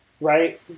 Right